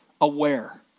aware